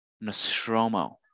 Nostromo